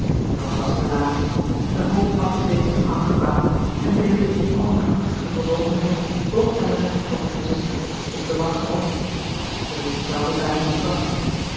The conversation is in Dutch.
doch het was te laat de hoop had zich reeds toegang gebaand en deelend in al haar angstige bewogenheid boog elinor zich over haar zuster om te wachten op zij wist zelve bijna niet wàt